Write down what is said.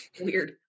Weird